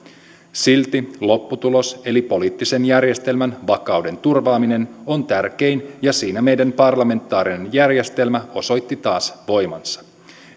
silti lopputulos eli poliittisen järjestelmän vakauden turvaaminen on tärkein ja siinä meidän parlamentaarinen järjestelmämme osoitti taas voimansa